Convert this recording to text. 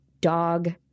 dog